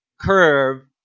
curve